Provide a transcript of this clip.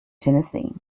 tennessee